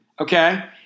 Okay